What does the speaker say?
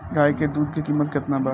गाय के दूध के कीमत केतना बा?